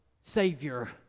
savior